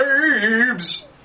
babes